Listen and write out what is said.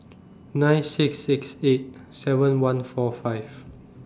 nine six six eight seven one four five